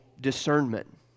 discernment